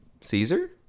Caesar